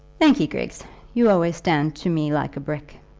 thank ee, griggs you always stand to me like a brick.